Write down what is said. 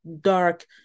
dark